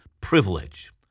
privilege